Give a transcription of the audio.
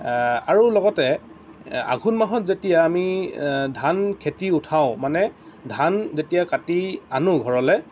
আৰু লগতে আঘোণ মাহত যেতিয়া আমি ধান খেতি উঠাওঁ মানে ধান যেতিয়া কাটি আনো ঘৰলৈ